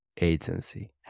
agency